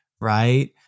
right